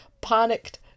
panicked